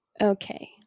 Okay